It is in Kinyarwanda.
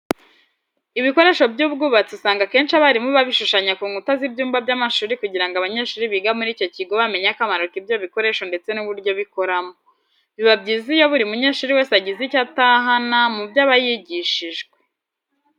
Ibikoresho by'ubwubatsi usanga akenshi abarimu babishushanya ku nkuta z'ibyumba by'amashuri kugira ngo abanyeshuri biga muri icyo kigo bamenye akamaro k'ibyo bikoresho ndetse n'uburyo bikoramo. Biba byiza iyo buri munyeshuri wese agize icyo atahana mu byo aba yigishijwe.